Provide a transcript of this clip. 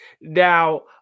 Now